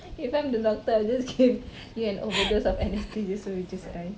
if I'm the doctor I'll just give you an overdose of anaesthesia so you just die